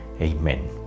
Amen